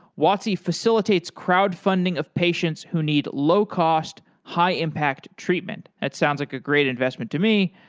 watsi facilitates crowd funding of patients who need low cost, high impact treatment. that sounds like a great investment to me.